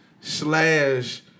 slash